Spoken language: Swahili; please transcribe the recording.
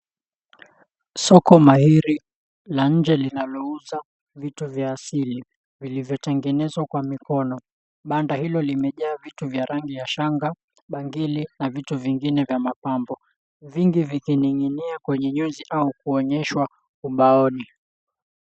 Soko mahiri la nje linalouza vitu vya asili vilivyotengenezwa kwa mikono. Banda hilo limejaa vitu vya rangi ya shanga, bangili na vitu vingine vya mapambo vingi vikining'inia kwenye nyuzi au kuonyeshwa ubaoni.